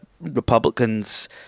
Republicans